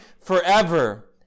forever